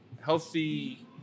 Healthy